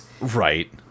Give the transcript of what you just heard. right